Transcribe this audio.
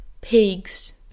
pigs